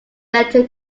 letter